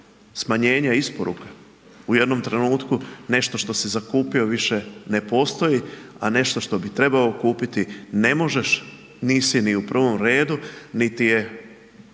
smanjenja isporuka. U jednom trenutku nešto što si zakupio više ne postoji a nešto što bi trebao kupiti ne možeš, nisi ni u prvom redu niti je